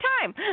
time